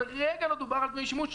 ולרגע לא דובר על דמי שימוש.